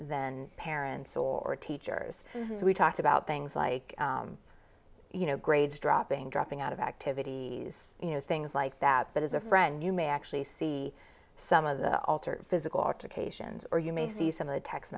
than parents or teachers we talked about things like you know grades dropping dropping out of activities you know things like that but as a friend you may actually see some of the altered physical altercations or you may see some of the text